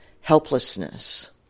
helplessness